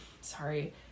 sorry